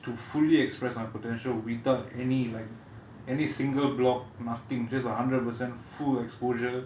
to fully express my potential without any like any single block nothing just a hundred percent full exposure